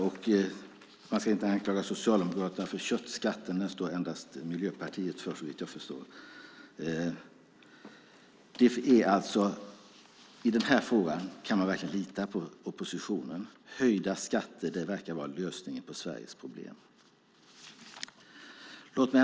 Man ska dock inte anklaga Socialdemokraterna för köttskatten, för den är det vad jag förstår bara Miljöpartiet som står för. I den här frågan kan man alltså verkligen lita på oppositionen. Höjda skatter verkar vara lösningen på Sveriges problem.